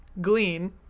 glean